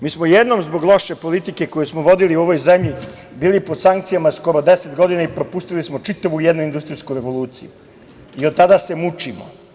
Mi smo jednom zbog loše politike koju smo vodili u ovoj zemlji, bili pod sankcijama skoro 10 godina i propustili smo čitavu jednu industrijsku revoluciju i od tada se mučimo.